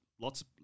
lots